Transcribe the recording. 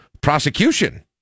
prosecution